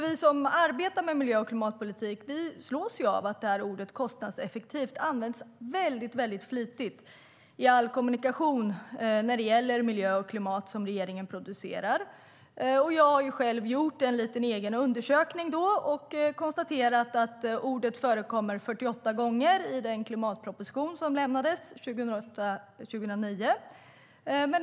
Vi som arbetar med miljö och klimatpolitik slås av att ordet "kostnadseffektivt" används väldigt flitigt i all kommunikation som regeringen producerar om miljö och klimat. Jag har ju gjort en liten undersökning och kan konstatera att ordet förekommer 48 gånger i klimatpropositionen från 2008/09.